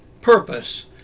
purpose